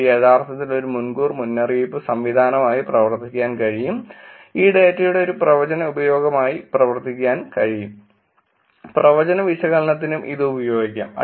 ഇത് യഥാർത്ഥത്തിൽ ഒരു മുൻകൂർ മുന്നറിയിപ്പ് സംവിധാനമായി പ്രവർത്തിക്കാൻ കഴിയും ഈ ഡാറ്റയുടെ ഒരു പ്രവചന ഉപയോഗമായി പ്രവർത്തിക്കാൻ കഴിയും പ്രവചന വിശകലനത്തിനും ഇത് ഉപയോഗിക്കാം